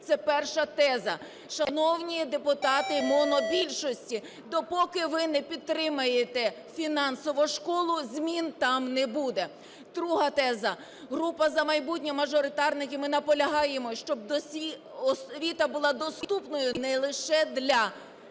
Це перша теза. Шановні депутати монобільшості, допоки ви не підтримаєте фінансово школу, змін там не буде. Друга теза. Група "За майбутнє", мажоритарники, ми наполягаємо, щоб освіта була доступною не лише для